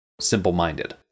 simple-minded